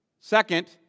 Second